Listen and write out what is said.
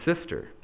sister